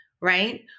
right